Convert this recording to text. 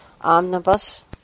omnibus